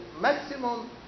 maximum